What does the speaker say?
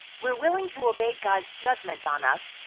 we're willing to obey god's judgment on us,